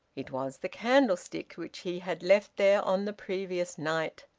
it was the candlestick which he had left there on the previous night.